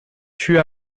fût